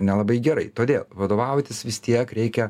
nelabai gerai todėl vadovautis vis tiek reikia